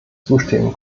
zustimmen